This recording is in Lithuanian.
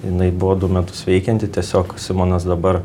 jinai buvo du metus veikianti tiesiog simonas dabar